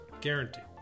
Guaranteed